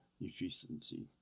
efficiency